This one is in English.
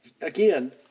again